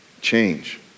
change